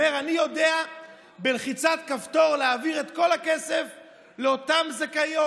ואומר: אני יודע בלחיצת כפתור להעביר את כל הכסף לאותן זכאיות,